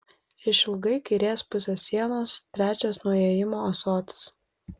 išilgai kairės pusės sienos trečias nuo įėjimo ąsotis